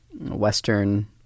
Western